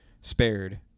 spared